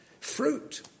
fruit